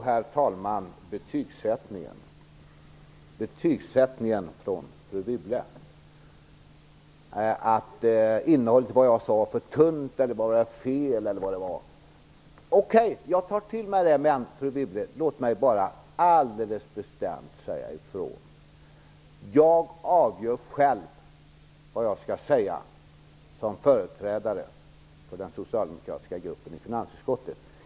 Herr talman! Så kom då betygsättningen från fru Wibble. Innehållet i det jag sade var för tunt, det var felaktigt eller vad det nu var. Okej, jag tar till mig det. Men låt mig alldeles bestämt säga ifrån: Jag avgör själv vad jag skall säga som företrädare för den socialdemokratiska gruppen i finansutskottet.